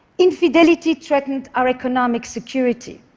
infidelity threatened our economic security.